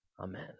Amen